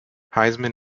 heisman